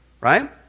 Right